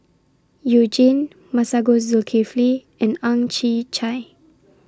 YOU Jin Masagos Zulkifli and Ang Chwee Chai